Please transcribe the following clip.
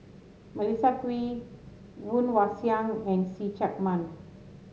Melissa Kwee Woon Wah Siang and See Chak Mun